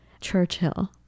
Churchill